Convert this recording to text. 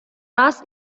раз